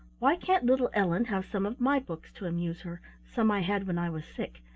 why can't little ellen have some of my books to amuse her some i had when i was sick?